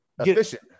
efficient